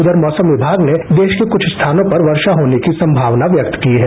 उधर मौसम् विभाग ने देश के कुछ स्थानों पर वर्षा होने की संभावना व्यक्त की है